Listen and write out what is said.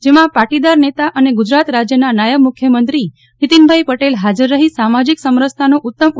જેમાં પાટીદાર નેતા અને ગુજરાત રાજ્યના નાયબ મુખ્યમંત્રી નીતિનભાઈ પટેલ ફાજર રફી સમાજીક સમરસતા નું ઉત્તમ ઉ